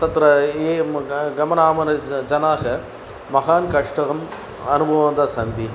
तत्र ये ग् गमनागमनाः जनाः महान् कष्टम् अनुभवन्तः सन्ति